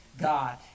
God